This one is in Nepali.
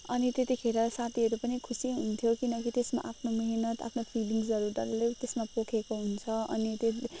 अनि त्यतिखेर साथीहरू पनि खुसी हुन्थ्यो किनकि त्यसमा आफ्नो मेहनत आफ्नो फिलिङ्सहरू डल्लै त्यसमा पोखेको हुन्छ अनि त्यसले